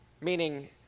meaning